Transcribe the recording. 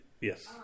Yes